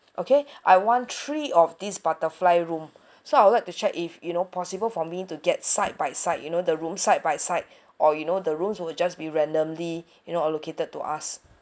okay I want three of this butterfly rooms so I would like to check if you know possible for me to get side by side you know the room side by side or you know the rooms will just be randomly you know allocated to us